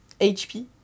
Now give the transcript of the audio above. HP